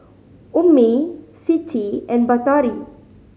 Ummi Siti and Batari